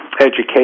education